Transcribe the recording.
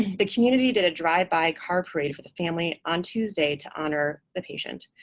the community did a drive-by car parade for the family on tuesday to honor the patient.